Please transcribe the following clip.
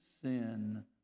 sin